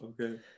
okay